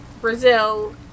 Brazil